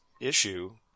issue